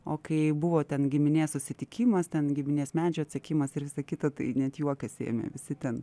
o kai buvo ten giminės susitikimas ten giminės medžio atsekimas ir visa kita tai net juokas ėmė visi ten